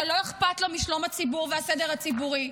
שלא אכפת לו משלום הציבור והסדר הציבורי,